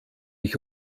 ich